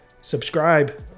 subscribe